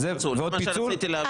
ועוד פיצול, זה מה שרציתי להבין.